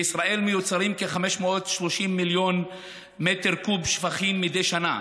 בישראל מיוצרים כ-530 מיליון קוב שפכים מדי שנה,